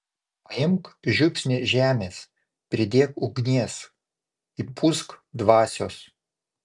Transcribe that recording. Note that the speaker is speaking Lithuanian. paimk žiupsnį žemės pridėk ugnies įpūsk dvasios